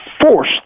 force